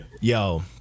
yo